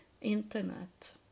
Internet